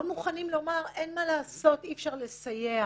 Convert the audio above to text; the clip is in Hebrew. לא מוכנים לומר אין מה לעשות, אי אפשר לסייע.